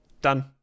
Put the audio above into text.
done